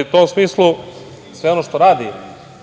U tom smislu, sve ono što radi